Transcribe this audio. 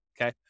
Okay